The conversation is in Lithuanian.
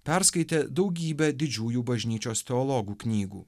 perskaitė daugybę didžiųjų bažnyčios teologų knygų